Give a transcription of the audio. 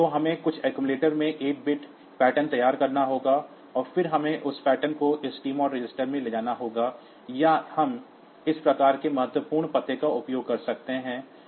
तो हमें कुछ अक्सुमुलेटर में 8 बिट पैटर्न तैयार करना होगा और फिर हमें उस पैटर्न को इस टीमोड रजिस्टर में ले जाना होगा या हम इस प्रकार के अब्सोलुटे पते का उपयोग कर सकते हैं